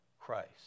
Christ